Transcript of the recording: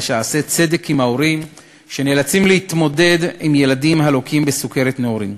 שתעשה צדק עם ההורים שנאלצים להתמודד עם ילדים הלוקים בסוכרת נעורים.